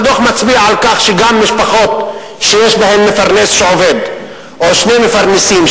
הדוח מצביע על כך שגם משפחות שיש בהן מפרנס עובד או שני מפרנסים,